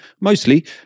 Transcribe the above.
mostly